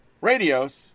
radios